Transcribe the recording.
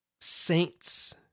saints